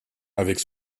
avec